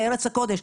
לארץ הקודש.